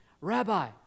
rabbi